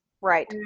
Right